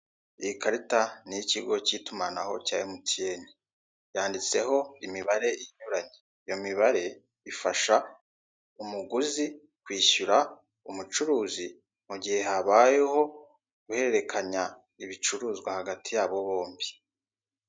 Iyi karita ni iy'ikigo k'itumanaho cya emutiyene yanditseho imibare inyuranye, iyo mibare ifasha umuguzi kwishyura umucuruzi mu gihe habayeho guhererekenya ibicuruzwa hagati yabo bombi.